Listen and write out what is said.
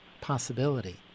possibility